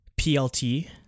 PLT